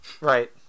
Right